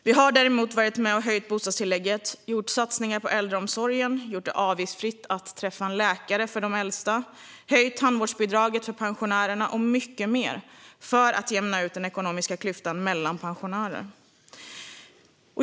Vi har däremot varit med och höjt bostadstillägget, gjort satsningar på äldreomsorgen, gjort det avgiftsfritt för de äldsta att träffa en läkare, höjt tandvårdsbidraget för pensionärer och gjort mycket mer för att jämna ut den ekonomiska klyftan mellan pensionärer.